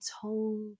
told